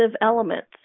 elements